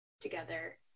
together